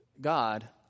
God